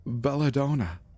belladonna